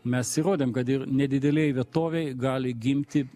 mes įrodėm kad ir nedidelėj vietovėj gali gimti